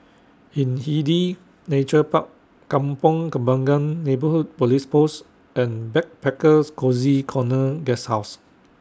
Hindhede Nature Park Kampong Kembangan Neighbourhood Police Post and Backpackers Cozy Corner Guesthouse